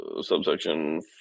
subsection